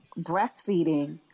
breastfeeding